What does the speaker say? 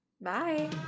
Bye